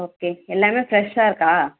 okay எல்லாமே ஃப்ரெஷ்ஷாக இருக்கா